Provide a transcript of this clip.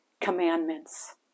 commandments